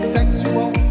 Sexual